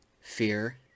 fear